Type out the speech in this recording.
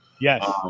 Yes